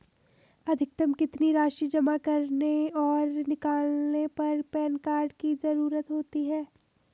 अधिकतम कितनी राशि जमा करने और निकालने पर पैन कार्ड की ज़रूरत होती है?